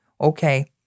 Okay